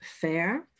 Fair